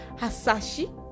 hasashi